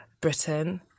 Britain